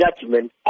judgment